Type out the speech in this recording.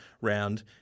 round